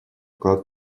вклад